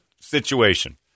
situation